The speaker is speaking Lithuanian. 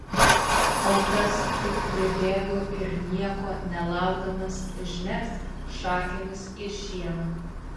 o tas tik pribėgo ir nieko nelaukdamas žnekt šakėmis į šieną